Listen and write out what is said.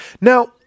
Now